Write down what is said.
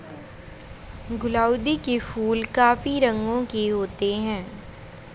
गुलाउदी के फूल काफी रंगों के होते हैं